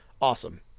Awesome